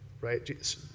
right